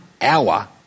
hour